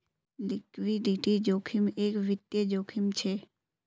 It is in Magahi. लिक्विडिटी जोखिम एक वित्तिय जोखिम छे